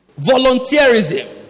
volunteerism